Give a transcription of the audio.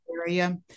area